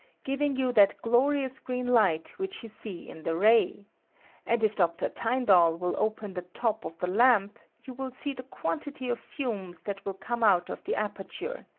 giving you that glorious green light which you see in the ray and if dr. tyn dall will open the top of the lamp, you will see the quantity of fumes that will come out of the aperture,